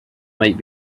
might